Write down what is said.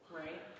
Right